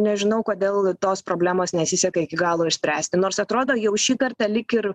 nežinau kodėl tos problemos nesiseka iki galo išspręsti nors atrodo jau šį kartą lyg ir